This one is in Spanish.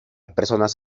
personas